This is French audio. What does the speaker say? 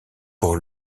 pour